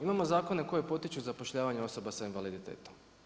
Imamo zakone koje potiču zapošljavanje osoba s invaliditetom.